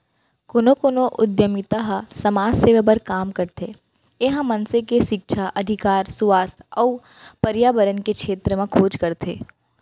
कोनो कोनो उद्यमिता ह समाज सेवा बर काम करथे ए ह मनसे के सिक्छा, अधिकार, सुवास्थ अउ परयाबरन के छेत्र म खोज करथे